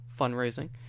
fundraising